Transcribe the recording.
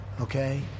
Okay